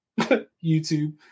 YouTube